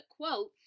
quote